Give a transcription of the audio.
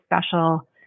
special